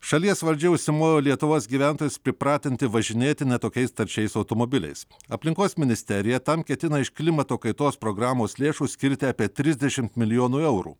šalies valdžia užsimojo lietuvos gyventojus pripratinti važinėti ne tokiais taršiais automobiliais aplinkos ministerija tam ketina iš klimato kaitos programos lėšų skirti apie trisdešimt milijonų eurų